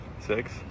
Six